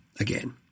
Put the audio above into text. again